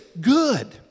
good